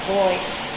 voice